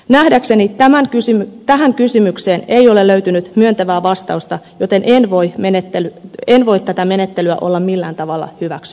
nähdäkseni tähän kysymykseen ei ole löytynyt myöntävää vastausta joten en voi tätä menettelyä olla millään tavalla hyväksymässä